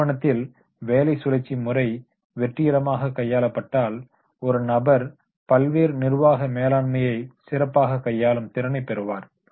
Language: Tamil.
ஒரு நிறுவனத்தில் வேலை சுழற்சி முறை வெற்றிகரமாக கையாளப்பட்டால் ஒரு நபர் பல்வேறு நிர்வாக மேலாண்மையை சிறப்பாக கையாளும் திறனை பெறுவார்